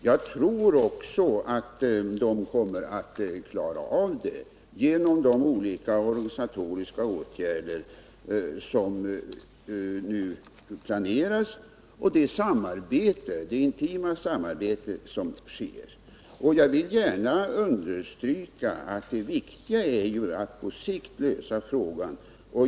Jag tror också att de kommer att klara upp det genom de olika organisatoriska åtgärder som nu planeras och det intima samarbete som sker. Jag vill gärna understryka att det viktiga är att på sikt lösa frågan.